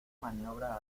maniobra